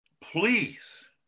please